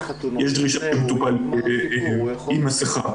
יש דרישה שהמטופל יהיה עם מסכה.